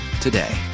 today